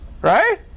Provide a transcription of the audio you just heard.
Right